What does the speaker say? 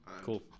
Cool